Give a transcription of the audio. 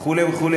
וכו' וכו'.